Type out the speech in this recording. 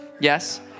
Yes